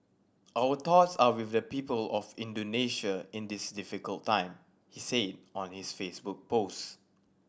our thoughts are with the people of Indonesia in this difficult time he said on his Facebook post